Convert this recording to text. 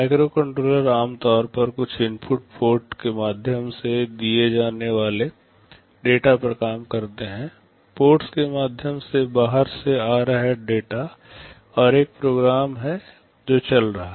microcontroller आमतौर पर कुछ इनपुट पोर्ट के माध्यम से दिए जाने वाले डेटा पर काम करते हैं पोर्ट्स के माध्यम से बाहर से आ रहा डेटा और एक प्रोग्राम है जो चल रहा है